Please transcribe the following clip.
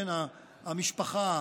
המשפחה,